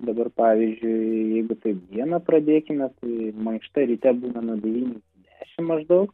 dabar pavyzdžiui jeigu taip dieną pradėkime tai mankšta ryte būna nuo devynių dešimt maždaug